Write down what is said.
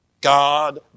God